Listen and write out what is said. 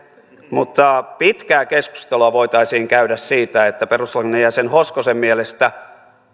mutta pitkään keskustelua voitaisiin käydä siitä että perustuslakivaliokunnan jäsenen hoskosen mielestä